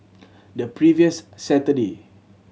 the previous Saturday